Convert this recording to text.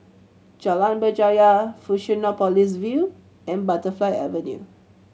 Jalan Berjaya Fusionopolis View and Butterfly Avenue